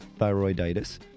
Thyroiditis